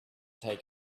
take